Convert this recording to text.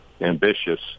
ambitious